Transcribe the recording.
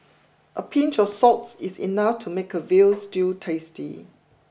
a pinch of salt is enough to make a veal stew tasty